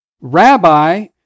Rabbi